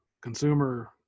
consumer